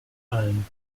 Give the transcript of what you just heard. allen